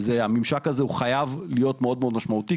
אז הממשק הזה חייב להיות מאוד מאוד משמעותי,